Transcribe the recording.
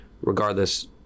regardless